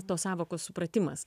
tos sąvokos supratimas